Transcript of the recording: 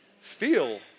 Feel